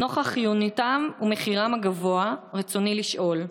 נוכח חיוניותם ומחירם הגבוה, רצוני לשאול: